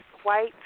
White